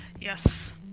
Yes